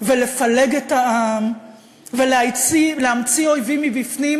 ולפלג את העם ולהמציא אויבים מבפנים,